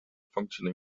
functioning